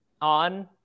on